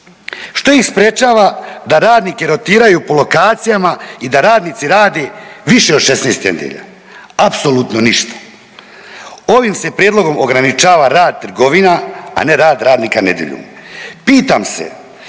Što ih sprječava da radnike rotiraju po lokacijama i da radnici rade više od 16 nedjelja? Apsolutno ništa. Ovim se prijedlogom ograničava rad trgovina, a ne rad radnika nedjeljom.